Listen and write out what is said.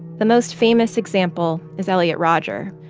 the most famous example is elliot rodger,